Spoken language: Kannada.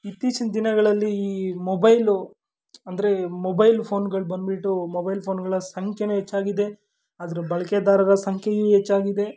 ಇತ್ತೀಚಿನ ದಿನಗಳಲ್ಲಿ ಈ ಮೊಬೈಲು ಅಂದರೆ ಮೊಬೈಲ್ ಫೋನ್ಗಳು ಬಂದ್ಬಿಟ್ಟು ಮೊಬೈಲ್ ಫೋನ್ಗಳ ಸಂಖ್ಯೆಯೂ ಹೆಚ್ಚಾಗಿದೆ ಅದರ ಬಳಕೆದಾರರ ಸಂಖ್ಯೆಯೂ ಹೆಚ್ಚಾಗಿದೆ